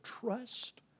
trust